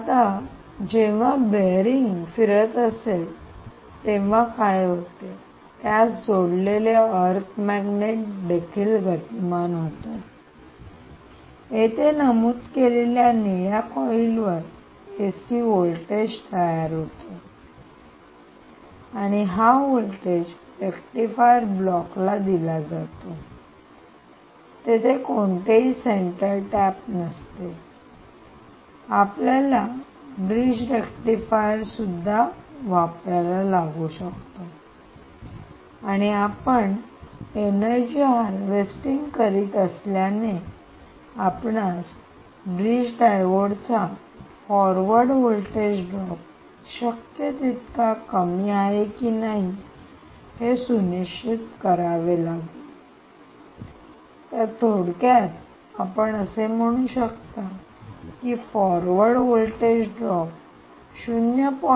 आता जेव्हा बीयरिंग फिरत असेल तेव्हा काय होते त्यास जोडलेले अर्क मॅग्नेट देखील गतिमान होतात इथे नमूद केलेल्या निळ्या कॉईलवर एसी व्होल्टेज तयार होतो आणि हा व्होल्टेज रेक्टिफायर ब्लॉकला दिला जातो तेथे कोणतेही सेंटर टॅप नसते आपल्याला ब्रिज रेक्टिफायर सुद्धा वापरायला लागू शकतो आणि आपण एनर्जी हार्वेस्टिंग करीत असल्याने आपणास ब्रिज डायोड्सचा फॉरवर्ड व्होल्टेज ड्रॉप शक्य तितका कमी आहे की नाही हे सुनिश्चित करावे लागेल तर थोडक्यात आपण असे म्हणू शकता की फॉरवर्ड व्होल्टेज ड्रॉप 0